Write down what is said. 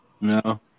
No